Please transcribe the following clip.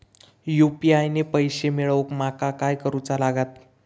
UPI ने पैशे मिळवूक माका काय करूचा लागात?